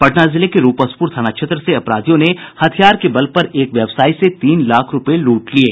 पटना जिले के रूपसपुर थाना क्षेत्र से अपराधियों ने हथियार के बल पर एक व्यवसायी से तीन लाख रूपये लूट लिये